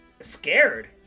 scared